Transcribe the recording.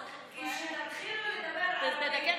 כי כשתתחילו לדבר ערבית בדיוק כמו,